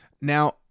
Now